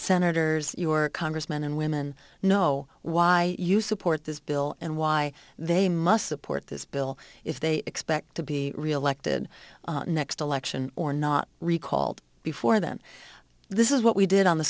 senators your congressmen and women know why you support this bill and why they must support this bill if they expect to be reelected next election or not recalled before then this is what we did on the